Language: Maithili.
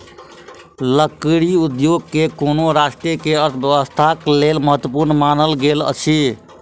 लकड़ी उद्योग कोनो राष्ट्र के अर्थव्यवस्थाक लेल महत्वपूर्ण मानल गेल अछि